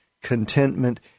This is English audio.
contentment